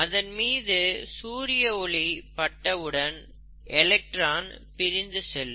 அதன்மீது சூரிய ஒளி பட்டவுடன் எலக்ட்ரான் பிரிந்து செல்லும்